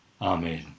Amen